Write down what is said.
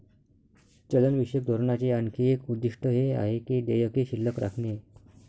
चलनविषयक धोरणाचे आणखी एक उद्दिष्ट हे आहे की देयके शिल्लक राखणे